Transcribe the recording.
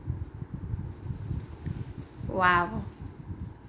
!wow!